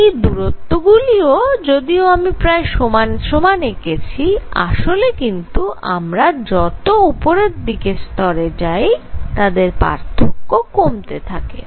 এই দূরত্ব গুলি যদিও আমি প্রায় সমান সমান এঁকেছি আসলে কিন্তু আমরা যত উপরের স্তরে যাই তাদের পার্থক্য কমতে থাকতে